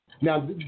Now